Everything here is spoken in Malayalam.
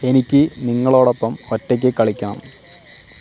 എനിക്ക് നിങ്ങളോടൊപ്പം ഒറ്റയ്ക്ക് കളിക്കണം